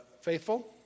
faithful